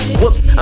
whoops